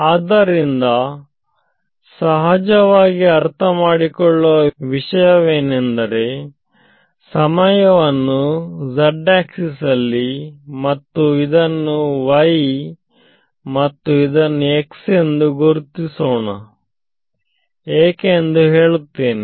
ಆದ್ದರಿಂದ ಸಹಜವಾಗಿ ಅರ್ಥಮಾಡಿಕೊಳ್ಳುವ ವಿಷಯವೇನೆಂದರೆ ಸಮಯವನ್ನು z ಆಕ್ಸಿಸ್ ನಲ್ಲಿ ಮತ್ತು ಇದನ್ನು y ಮತ್ತು ಇದನ್ನು x ಎಂದು ಗುರುತಿಸೋಣ ಏಕೆಂದು ಹೇಳುತ್ತೇನೆ